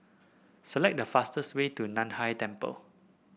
select the fastest way to Nan Hai Temple